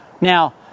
Now